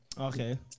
Okay